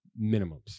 minimums